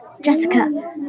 Jessica